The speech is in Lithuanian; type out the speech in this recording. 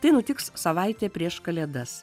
tai nutiks savaitė prieš kalėdas